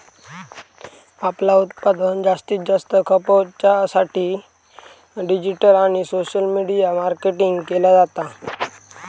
आपला उत्पादन जास्तीत जास्त खपवच्या साठी डिजिटल आणि सोशल मीडिया मार्केटिंग केला जाता